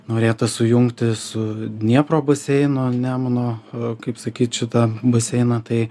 norėta sujungti su dniepro baseinu nemuno a kaip sakyt šitą baseiną tai